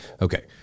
Okay